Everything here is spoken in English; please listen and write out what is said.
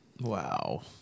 Wow